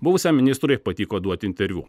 buvusiam ministrui patiko duoti interviu